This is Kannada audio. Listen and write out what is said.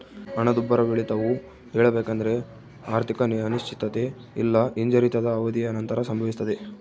ಹಣದುಬ್ಬರವಿಳಿತವು ಹೇಳಬೇಕೆಂದ್ರ ಆರ್ಥಿಕ ಅನಿಶ್ಚಿತತೆ ಇಲ್ಲಾ ಹಿಂಜರಿತದ ಅವಧಿಯ ನಂತರ ಸಂಭವಿಸ್ತದೆ